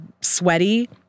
sweaty